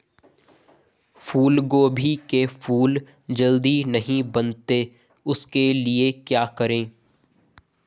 फूलगोभी के फूल जल्दी नहीं बनते उसके लिए क्या करें?